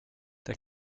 der